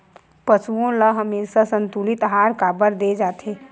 पशुओं ल हमेशा संतुलित आहार काबर दे जाथे?